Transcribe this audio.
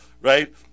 right